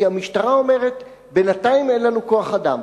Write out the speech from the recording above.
כי המשטרה אומרת: בינתיים אין לנו כוח-אדם.